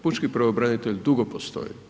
Pučki pravobranitelj dugo postoji.